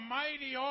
mighty